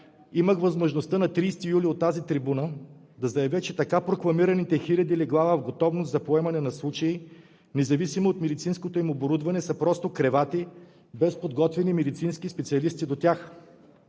Имах възможността на 30 юли от тази трибуна да заявя, че така прокламираните хиляди легла в готовност за поемане на случаи, независимо от медицинското им оборудване, са просто кревати без подготвени медицински специалисти до тях.